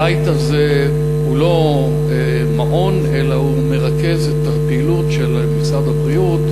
הבית הזה הוא לא מעון אלא הוא מרכז את הפעילות של משרד הבריאות,